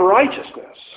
righteousness